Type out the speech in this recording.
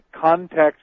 context